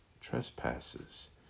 trespasses